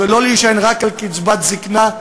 ולא להישען רק על קצבת זיקנה,